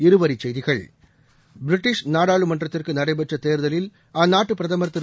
இருவரிச் செய்திகள் பிரிட்டிஷ் நாடாளுமன்றத்திற்கு நடைபெற்ற தேர்தலில் அந்நாட்டு பிரதமர் திரு